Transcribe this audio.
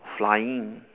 flying